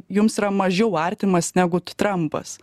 jums yra mažiau artimas negu trampas